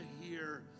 hear